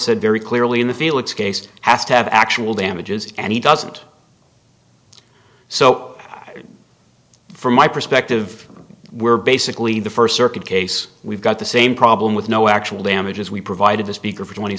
said very clearly in the felix case has to have actual damages and he doesn't so from my perspective we're basically the first circuit case we've got the same problem with no actual damages we provided the speaker for twenty